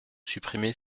supprimer